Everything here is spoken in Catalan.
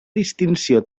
distinció